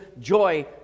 joy